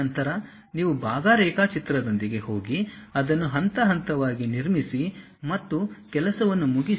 ನಂತರ ನೀವು ಭಾಗ ರೇಖಾಚಿತ್ರದೊಂದಿಗೆ ಹೋಗಿ ಅದನ್ನು ಹಂತ ಹಂತವಾಗಿ ನಿರ್ಮಿಸಿ ಮತ್ತು ಕೆಲಸವನ್ನು ಮುಗಿಸಿ